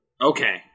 okay